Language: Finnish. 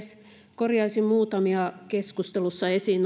korjaisin muutamia keskustelussa esiin